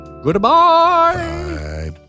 Goodbye